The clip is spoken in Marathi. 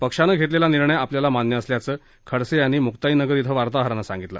पक्षानं घेतलेला निर्णय आपल्याला मान्य असल्याचं खडसे यांनी मुक्ताईनगर क्वि वार्ताहरांना सांगितलं